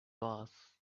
was